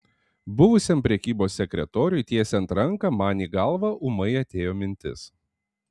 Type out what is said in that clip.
buvusiam prekybos sekretoriui tiesiant ranką man į galvą ūmai atėjo mintis